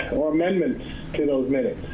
or amendments to those minutes?